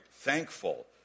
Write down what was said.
thankful